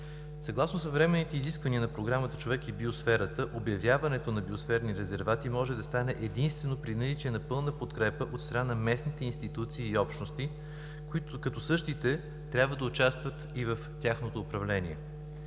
Съгласно съвременните изисквания на Програмата „Човекът и биосферата“ обявяването на биосферни резервати може да стане единствено при наличие на пълна подкрепа от страна на местните институции и общности, като същите трябва да участват и в тяхното управление.